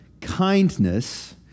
kindness